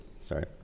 sorry